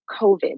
COVID